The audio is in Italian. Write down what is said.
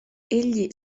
egli